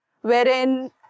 wherein